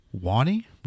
Wani